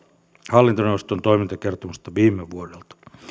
hallintoneuvoston toimintakertomusta viime vuodelta